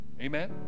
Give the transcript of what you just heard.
amen